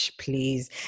please